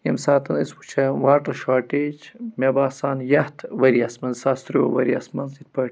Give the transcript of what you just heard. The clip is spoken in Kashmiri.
ییٚمہِ ساتہٕ أسۍ وُچھان واٹَر شارٹیج مےٚ باسان یَتھ ؤرۍ یَس منٛز زٕ ساس ترٛیٛووُہ ؤرۍ یَس منٛز یِتھ پٲٹھۍ